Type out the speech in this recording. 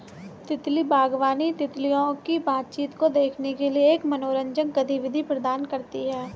तितली बागवानी, तितलियों की बातचीत को देखने के लिए एक मनोरंजक गतिविधि प्रदान करती है